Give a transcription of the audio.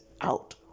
out